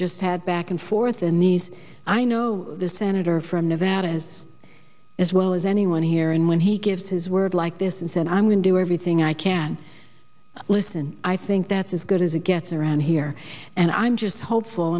just had back and forth in these i know the senator from nevada has as well as anyone here and when he gives his word like this and said i'm going do everything i can listen i think that's as good as it gets around here and i'm just hopeful